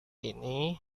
ini